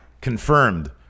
Confirmed